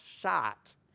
shot